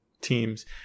teams